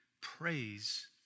praise